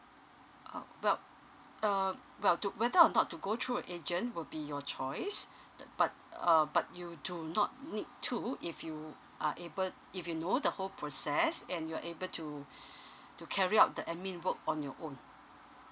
oh well uh well do whether or not to go through an agent will be your choice the but uh but you do not need to if you are able if you know the whole process and you're able to to carry out the admin work on your own